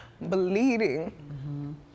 bleeding